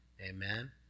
Amen